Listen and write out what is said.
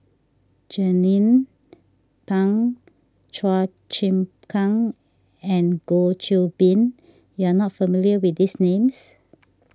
Jernnine Pang Chua Chim Kang and Goh Qiu Bin you are not familiar with these names